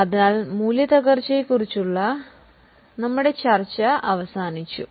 അതിനാൽ ഡിപ്രീസിയേഷനെ ക്കുറിച്ചുള്ള ചർച്ച അവസാനിച്ചു